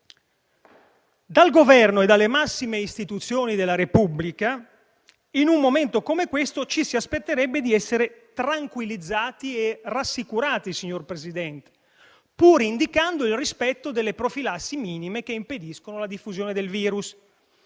Dal Governo e dalle massime istituzioni della Repubblica, in un momento come questo ci si aspetterebbe di essere tranquillizzati e rassicurati, signor Presidente del Consiglio, pur indicando il rispetto delle profilassi minime che impediscono la diffusione del virus*;*